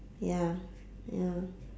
ya ya